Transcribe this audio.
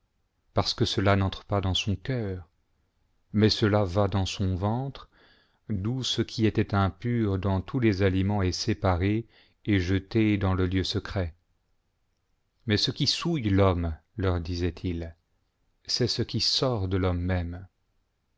parce que cela n'entre pas dans son cœur mais cela va dans son ventre d'où ce qui était impur dans tous les aliments est séparé et je té dans le heu secret mais ce qui souille l'homme leur disait-il c'est ce qui sort de l'homme même